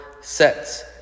sets